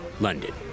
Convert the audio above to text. London